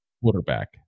quarterback